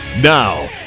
Now